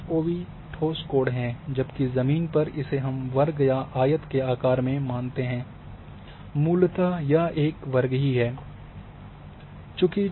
IFOV ठोस कोण है जबकि जमीन पर इसे हम वर्ग या आयत के आकार में मानते हैं मूलतः यह एक वर्ग ही है